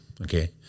okay